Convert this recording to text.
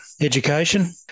education